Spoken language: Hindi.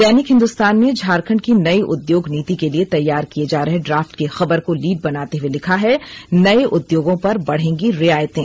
दैनिक हिन्दुस्तान ने झारखंड की नई उद्योग नीति के लिए तैयार किए जा रहे ड्राफ्ट की खबर को लीड बनाते हुए लिखा है नए उद्योगों पर बढ़ेंगी रियायतें